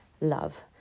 Love